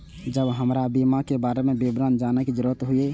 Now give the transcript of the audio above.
जब हमरा बीमा के बारे में विवरण जाने के जरूरत हुए?